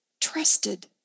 trusted